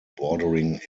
bordering